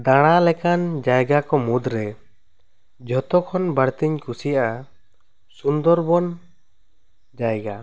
ᱫᱟᱬᱟ ᱞᱮᱠᱟᱱ ᱡᱟᱭᱜᱟ ᱠᱚ ᱢᱩᱫᱽ ᱨᱮ ᱡᱚᱛᱚ ᱠᱷᱚᱱ ᱵᱟᱹᱲᱛᱤᱧ ᱠᱩᱥᱤᱭᱟᱜᱼᱟ ᱥᱩᱱᱫᱚᱨᱵᱚᱱ ᱡᱟᱭᱜᱟ